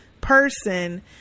person